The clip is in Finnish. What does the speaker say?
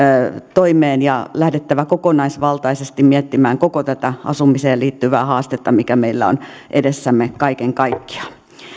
toimeen ja lähdettävä kokonaisvaltaisesti miettimään koko tätä asumiseen liittyvää haastetta mikä meillä on edessämme kaiken kaikkiaan